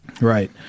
Right